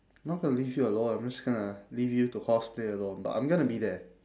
I'm not gonna leave you alone I'm just gonna leave you to cosplay alone but I'm gonna be there